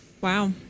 Wow